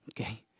Okay